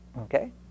Okay